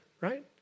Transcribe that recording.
Right